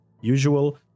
usual